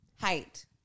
height